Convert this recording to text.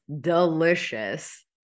delicious